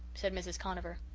said mrs. conover.